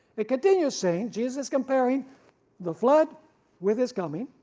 it continues saying, jesus comparing the flood with his coming.